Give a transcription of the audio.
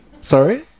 sorry